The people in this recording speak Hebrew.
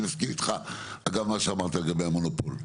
אגב אני מסכים איתך אגב על מה שאמרת לגבי המונופול,